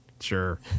Sure